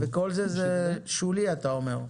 וכל זה, זה שולי אתה אומר?